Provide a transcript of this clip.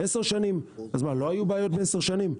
אז לא היו בעיות בעשר שנים?